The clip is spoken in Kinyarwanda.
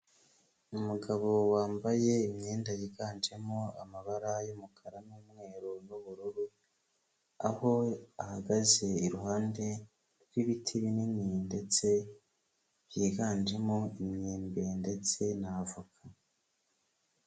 Umugabo wambaye imyenda yiganjemo amabara y'umukara n'umweru n'ubururu aho ahagaze iruhande rw'ibiti binini ndetse byiganjemo imyembe ndetse na avoka.